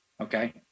Okay